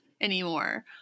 anymore